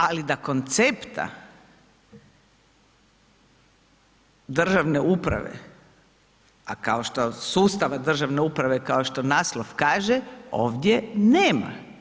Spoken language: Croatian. Ali da koncepta državne uprave, a kao što sustava državne uprave kao što naslov kaže, ovdje nema.